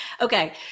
Okay